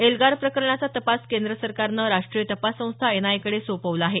एल्गार प्रकरणाचा तपास केंद्र सरकारनं राष्ट्रीय तपास संस्था एनआयएकडे सोपवला आहे